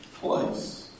place